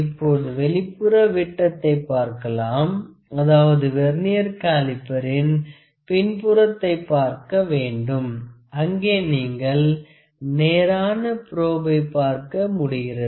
இப்போது வெளிப்புற விட்டத்தை பார்க்கலாம் அதாவது வெர்னியர் காலிப்பர் இன் பின்புறத்தைப் பார்க்க வேண்டும் அங்கே நீங்கள் நேரான ப்ரோபை பார்க்க முடிகிறது